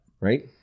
right